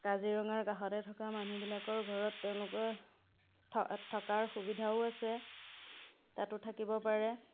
কাজিৰঙাৰ কাষতে থকা মানুহবিলাকৰ ঘৰত তেওঁলোকে থ থকাৰ সুবিধাও আছে তাতো থাকিব পাৰে